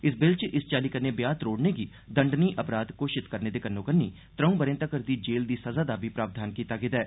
इस बिल च इस चाल्ली कन्नै ब्याह त्रोड़ने गी दंडनीय अपराध घोशित करने दे कल्नो कल्नी त्रौं ब' रें तगर दी जेल दी सजा दा बी प्रावधान कीता गेदा ऐ